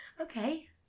Okay